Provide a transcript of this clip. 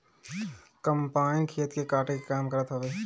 combine खेत के काटे के काम करत हवे